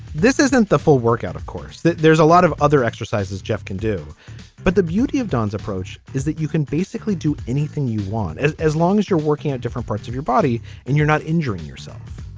this isn't the full workout of course. there's a lot of other exercises jeff can do but the beauty of don's approach is that you can basically do anything you want as as long as you're working at different parts of your body and you're not injuring yourself.